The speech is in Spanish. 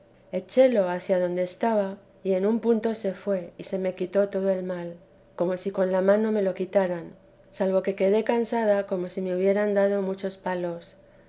échela hacia donde estaba y en un punto se fué y se me quitó todo el mal como si con la mano me lo quitaran salvo que quedé cansada como si me hubieran dado muchos palos